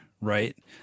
right